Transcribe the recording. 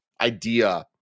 idea